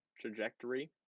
trajectory